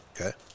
Okay